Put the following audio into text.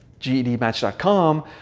GEDmatch.com